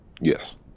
Yes